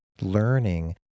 learning